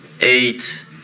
eight